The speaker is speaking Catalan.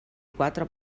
quatre